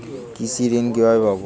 কৃষি ঋন কিভাবে পাব?